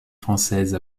française